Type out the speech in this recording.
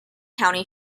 county